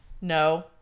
No